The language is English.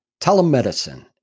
Telemedicine